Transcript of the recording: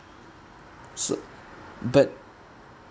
so but